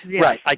Right